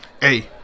Hey